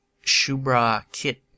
Shubra-Kit